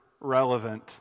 relevant